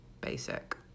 basic